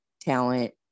talent